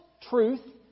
truth